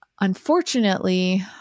unfortunately